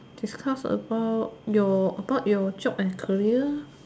discuss about your about your job and career